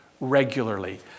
regularly